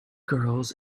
girls